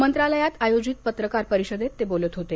मंत्रालयात आयोजित पत्रकार परिषदेत ते बोलत होते